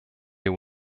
der